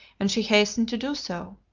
and she hastened to do so.